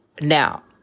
Now